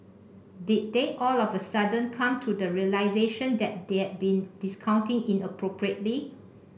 did they all of a sudden come to the realisation that they had been discounting inappropriately